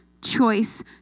choice